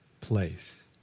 place